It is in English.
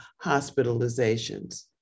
hospitalizations